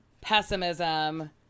pessimism